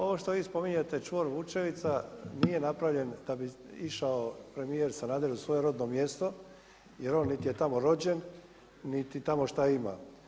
Ovo što vi spominjete čvor Vučevica nije napravljen da bi išao premijer Sanader u svoje rodno mjesto jer on niti je tamo rođen niti tamo šta ima.